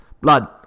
Blood